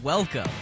Welcome